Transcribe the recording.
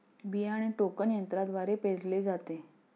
बियाणे टोकन यंत्रद्वारे पेरले जाते